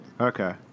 Okay